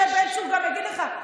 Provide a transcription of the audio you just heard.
הינה, בן צור גם יגיד לך.